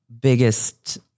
biggest